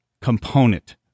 component